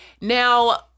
Now